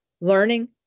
learning